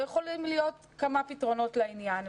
יכולים להיות כמה פתרונות לעניין.